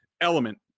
element